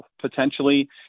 potentially